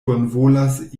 bonvolas